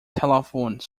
telephone